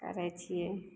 करै छियै